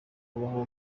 kubaho